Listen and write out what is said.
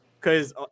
cause